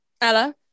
Ella